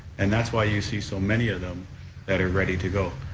and that's why you see so many of them that are ready to go.